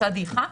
אותה דעיכה.